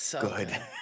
good